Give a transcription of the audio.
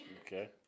Okay